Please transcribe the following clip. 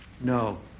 No